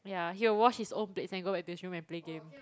ya he will wash his own plates and go back to his room and play game